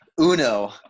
Uno